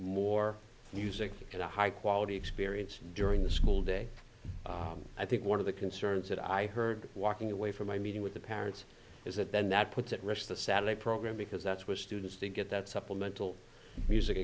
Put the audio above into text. more music and a high quality experience during the school day i think one of the concerns that i heard walking away from my meeting with the parents is that then that puts at rest the saturday program because that's where students to get that supplemental music